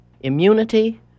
immunity